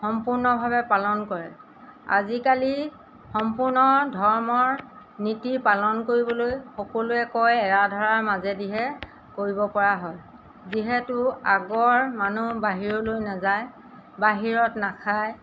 সম্পূৰ্ণভাৱে পালন কৰে আজিকালি সম্পূৰ্ণ ধৰ্মৰ নীতি পালন কৰিবলৈ সকলোৱে কয় এৰাধৰাৰ মাজেদিহে কৰিবপৰা হয় যিহেতু আগৰ মানুহ বাহিৰলৈ নাযায় বাহিৰত নাখায়